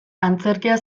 antzerkia